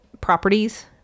properties